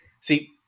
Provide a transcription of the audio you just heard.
See